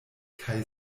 kaj